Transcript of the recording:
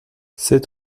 sept